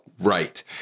right